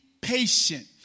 patient